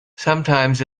sometimes